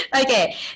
okay